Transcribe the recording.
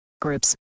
Groups